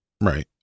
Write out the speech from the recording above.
Right